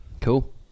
Cool